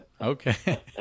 Okay